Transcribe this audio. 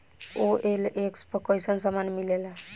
OLX पर कइसन सामान मीलेला?